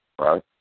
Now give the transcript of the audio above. right